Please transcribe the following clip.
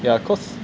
yeah cause